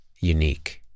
unique